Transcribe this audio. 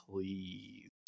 please